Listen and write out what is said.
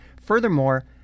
Furthermore